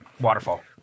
waterfall